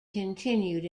continued